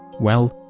well,